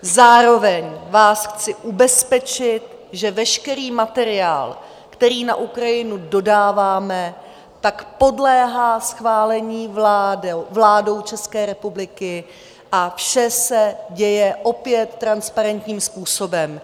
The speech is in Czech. Zároveň vás chci ubezpečit, že veškerý materiál, který na Ukrajinu dodáváme, podléhá schválení vládou České republiky, a vše se děje opět transparentním způsobem.